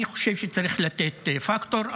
אני חושב שצריך לתת פקטור.